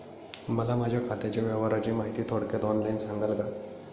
मला माझ्या खात्याच्या व्यवहाराची माहिती थोडक्यात ऑनलाईन सांगाल का?